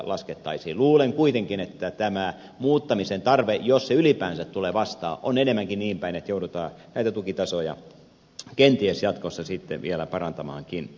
luulen kuitenkin että tämä muuttamisen tarve jos se ylipäänsä tulee vastaan on enemmänkin niin päin että joudutaan näitä tukitasoja kenties jatkossa sitten vielä parantamaankin